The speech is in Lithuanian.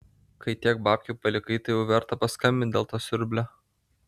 kai tiek babkių palikai tai jau verta paskambint dėl to siurblio